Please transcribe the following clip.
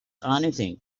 anything